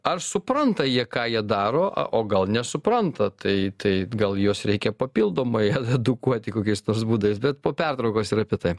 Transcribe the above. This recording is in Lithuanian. ar supranta jie ką jie daro a o gal nesupranta tai tai gal juos reikia papildomai edukuoti kokiais nors būdais bet po pertraukos ir apie tai